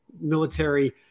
military